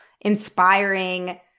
inspiring